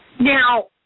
Now